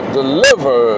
deliver